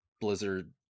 blizzard